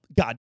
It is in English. god